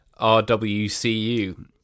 RWCU